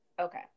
okay